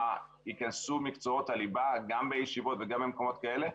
ייכנסו מקצועות הליבה גם בישיבות וגם במקומות כאלה.